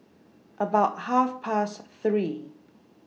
about Half Past three